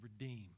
redeem